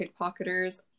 pickpocketers